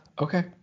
Okay